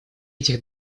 этих